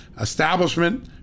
establishment